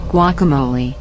Guacamole